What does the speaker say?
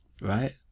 right